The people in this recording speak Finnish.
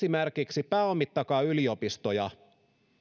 esimerkiksi pääomittakaa yliopistoja